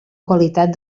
qualitat